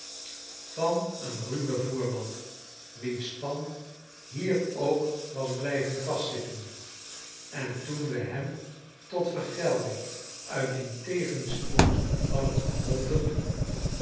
van een ruwen voerman wiens span hier ook was blijven vastzitten en toen we hem tot vergelding uit dien tegenspoed hadden geholpen